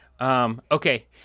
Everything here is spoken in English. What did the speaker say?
Okay